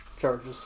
charges